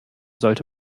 sollte